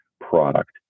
product